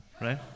right